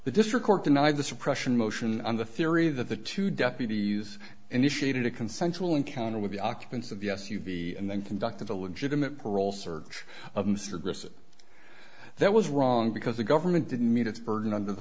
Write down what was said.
the district court denied the suppression motion on the theory that the two deputies initiated a consensual encounter with the occupants of the s u v and then conducted a legitimate parole search of mr grissom that was wrong because the government didn't meet its burden under the